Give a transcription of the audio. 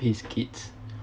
his kids